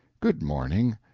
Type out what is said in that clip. good morning.